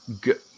good